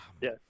Yes